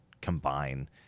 combine